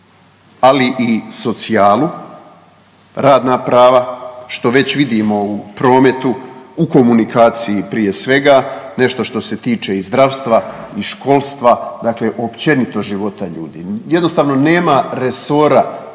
ali i socijalu, radna prava, što već vidimo u prometu, u komunikaciji prije svega, nešto što se tiče i zdravstva i školstva, dakle općenito života ljudi, jednostavno nema resora